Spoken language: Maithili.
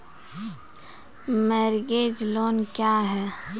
मोरगेज लोन क्या है?